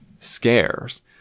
Scares